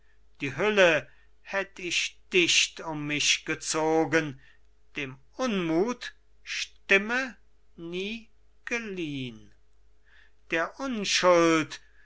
die hülle hätt ich dicht um mich gezogen dem unmut stimme nie geliehn der unschuld